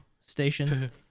station